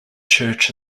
church